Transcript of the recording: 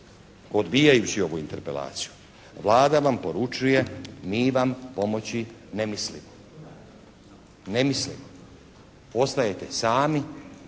Odbijajući ovu Interpelaciju Vlada vam poručuje mi vam pomoći ne mislimo. Ne mislimo. Ostajete sami,